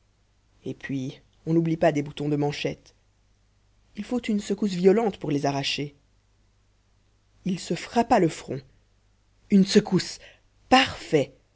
et puis on n'oublie pas des boutons de manchette il faut une secousse violente pour les arracher il se frappa le front une secousse parfait